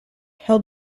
held